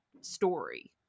story